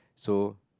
so